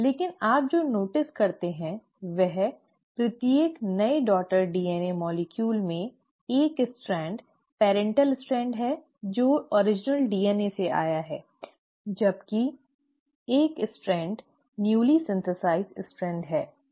लेकिन आप जो नोटिस करते हैं वह प्रत्येक नई डॉटर डीएनए अणु में एक स्ट्रैंड पर्इन्टल स्ट्रैंड है जो मूल डीएनए से आया है जबकि एक स्ट्रैंड नव संश्लेषित स्ट्रैंड है